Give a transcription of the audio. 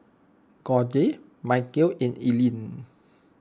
Gauge Michele and Eileen